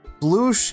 Blue